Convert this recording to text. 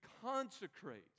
consecrate